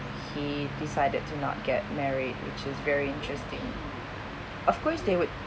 he decided to not get married which is very interesting of course they would